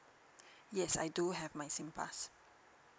yes I do have my singpass